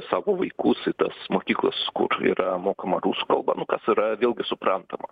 savo vaikus į tas mokyklas kur yra mokama rusų kalba nu kas yra vėlgi suprantama